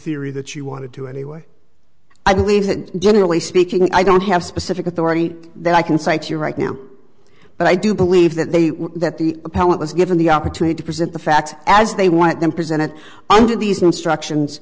theory that you wanted to anyway i believe that generally speaking i don't have specific authority that i can cite you right now but i do believe that they that the appellant was given the opportunity to present the facts as they want them presented under these instructions